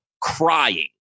crying